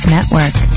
Network